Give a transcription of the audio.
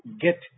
get